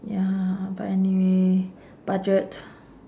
ya but anyway budget